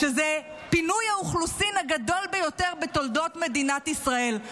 שזה פינוי האוכלוסין הגדול ביותר בתולדות מדינת ישראל.